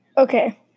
Okay